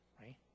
right